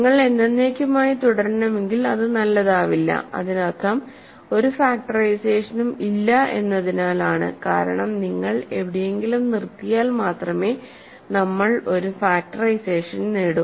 നിങ്ങൾ എന്നെന്നേക്കുമായി തുടരണമെങ്കിൽ അത് നല്ലതാവില്ല അതിനർത്ഥം ഒരു ഫാക്ടറൈസേഷനും ഇല്ല എന്നതിനാലാണ് കാരണം നിങ്ങൾ എവിടെയെങ്കിലും നിർത്തിയാൽ മാത്രമേ നമ്മൾ ഒരു ഫാക്ടറൈസേഷൻ നേടൂ